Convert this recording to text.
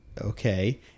okay